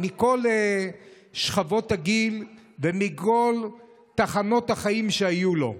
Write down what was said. מכל שכבות הגיל ומכל תחנות החיים שהיו לו,